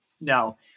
no